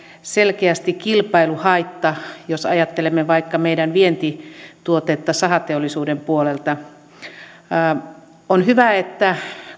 selkeästi kilpailuhaitta jos ajattelemme vaikka meidän vientituotetta sahateollisuuden puolelta on hyvä että